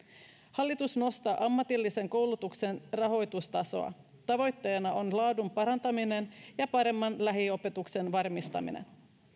hallitus nostaa ammatillisen koulutuksen rahoitustasoa tavoitteena on laadun parantaminen ja paremman lähiopetuksen varmistaminen